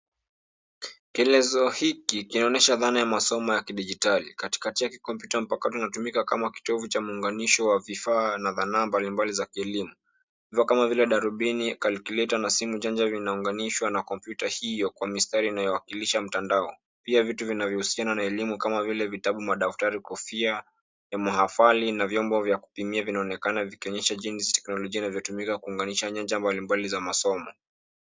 Kieezo hiki kinaonyesha dhana ya masomo ya kidijitali. Katika yake kompyuta mpaka inatumika kama kitovu cha muunganisho wa vifaa na dhanaa mbalimbali za elimu. kama vile darubini, calculator na simu janja vinaunganishwa na kompyuta hiyo kwa mistari inayowakilisha mtandao. Pia vitu vinavyohusiana na elimu kama vile vitabu, madaftari, kofi ya mahafali na vyombo vya kupimia vinaonekana vikionyesha jinsi teknolojia inavyotumika kunganisha nyanja mbalimbali za masomo.